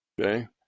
Okay